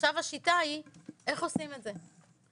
עכשיו השיטה היא איך עושים את זה.